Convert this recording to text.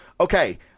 Okay